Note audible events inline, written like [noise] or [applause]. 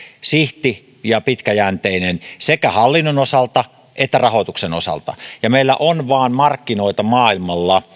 sihti ja pitää olla pitkäjänteinen sekä hallinnon että rahoituksen osalta ja meillä vain on maailmalla [unintelligible]